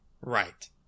Right